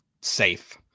safe